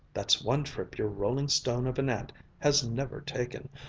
that's one trip your rolling-stone of an aunt has never taken,